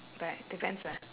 but depends lah